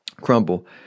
crumble